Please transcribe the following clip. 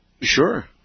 sure